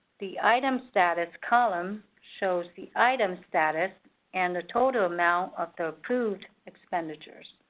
the item status column shows the items status and total amount of the approved expenditures.